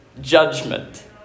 judgment